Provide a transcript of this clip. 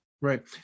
Right